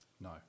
No